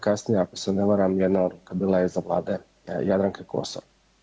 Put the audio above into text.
Kasnije, ako se ne varam, jedna odluka bila je za Vlade Jadranke Kosor.